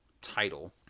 title